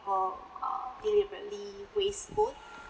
uh deliberately waste food